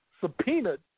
subpoenaed